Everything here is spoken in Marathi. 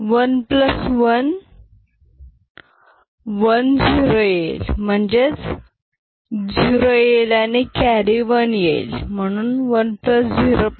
11 10 येईल म्हणजे 0 येईल आणि कॅरी 1 येईल